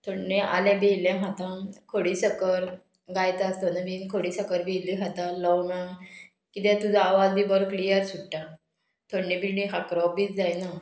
थंडे आलें बी इल्लें खातां खोडी सकर गायता आस थंड बीन खोडी सकर बिल्ली खाता लवगां किद्याक तुजो आवाज बी बरो क्लियर सुट्टा थंडी बिण्णी खाकरो बी जायना